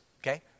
Okay